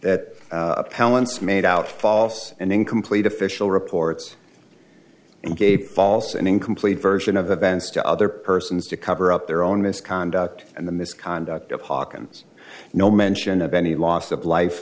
that appellant's made out false and incomplete official reports and gave false and incomplete version of events to other persons to cover up their own misconduct and the misconduct of hawkins no mention of any loss of life